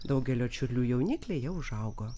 daugelio čiurlių jaunikliai jau užaugo